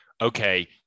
okay